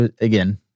again